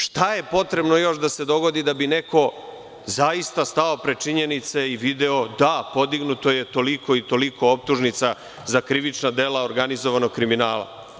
Šta je potrebno još da se dogodi da bi neko zaista stao pred činjenice i video da, podignuto je toliko i toliko optužnica za krivična dela organizovanog kriminala.